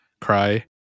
cry